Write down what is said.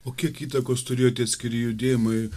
o kiek įtakos turėjo tie atskiri judėjimai